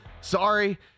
Sorry